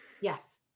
yes